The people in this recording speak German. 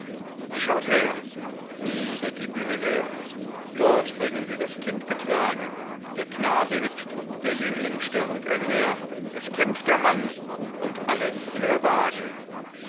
schaut her nie wird die bühne leer dort bringen sie das kind getragen der knabe hüpft der jüngling stürmt einher es kämpft der mann und alles will er wagen